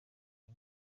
iyi